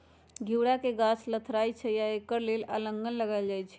घिउरा के गाछ लथरइ छइ तऽ एकरा लेल अलांन लगायल जाई छै